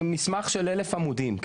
מסמך של 1,000 עמודים.